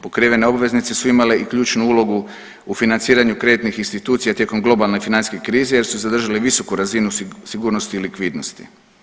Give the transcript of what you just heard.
Pokrivene obveznice su imale i ključnu ulogu u financiranju kreditnih institucija tijekom globalne financijske krize jer su zadržali visoku razinu sigurnosti likvidnosti.